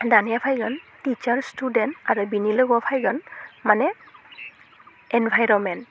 दानिया फैगोन टिसार स्टुदेन्थ आरो बिनि लोगोआव फैगोन माने एनभाइरनमेन्ट